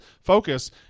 focus